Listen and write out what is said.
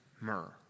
myrrh